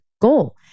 goal